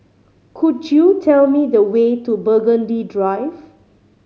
could you tell me the way to Burgundy Drive